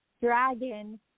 dragon